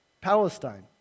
Palestine